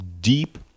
deep